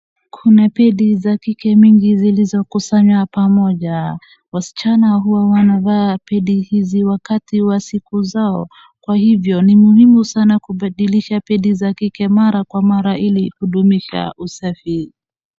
Kuna pedi za kike mingi zilizokusanywa pamoja. Wasichana huwa wanavaa pedi hizi wakati wa siku zao kwa hivyo ni muhmu sana kwa kubadilisha pedi zake mara kwa mara ili kudumisha usafi.